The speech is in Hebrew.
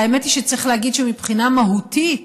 והאמת היא שצריך להגיד שמבחינה מהותית